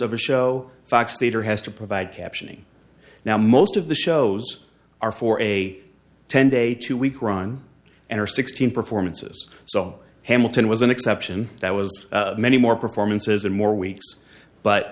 of a show facts leader has to provide captioning now most of the shows are for a ten day two week run and or sixteen performances so hamilton was an exception that was many more performances and more weeks but